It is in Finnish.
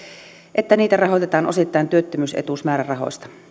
että niitä rahoitetaan osittain työttömyysetuusmäärärahoista